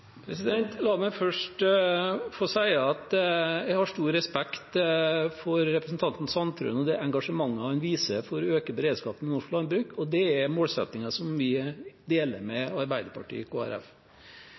La meg først få si at jeg har stor respekt for representanten Sandtrøen og det engasjementet han viser for å øke beredskapen i norsk landbruk. Det er målsettinger som vi i Kristelig Folkeparti deler med